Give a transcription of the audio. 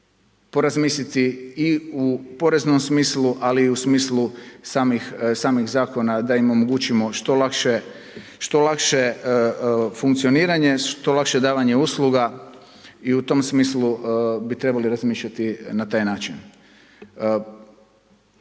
i u poreznom smislu ali i u smislu samih zakona da im omogućimo što lakše funkcioniranje, što lakše davanje usluga i u tom smislu bi trebali razmišljati na taj način.